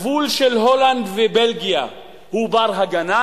הגבול של הולנד ובלגיה הוא בר-הגנה?